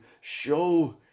show